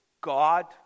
God